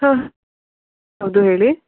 ಹಾಂ ಹೌದು ಹೇಳಿ